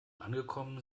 angekommen